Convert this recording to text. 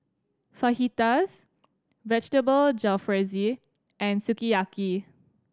Fajitas Vegetable Jalfrezi and Sukiyaki